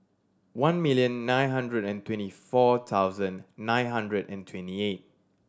one million nine hundred and twenty four thousand nine hundred and twenty eight